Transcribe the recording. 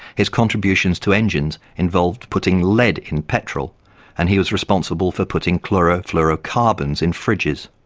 his contributions to engines involved putting lead in petrol and he was responsible for putting chlorofluorocarbons in fridges.